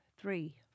three